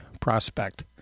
prospect